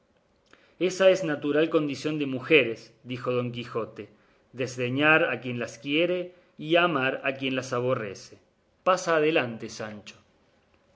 ésa es natural condición de mujeres dijo don quijote desdeñar a quien las quiere y amar a quien las aborrece pasa adelante sancho